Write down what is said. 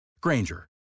Granger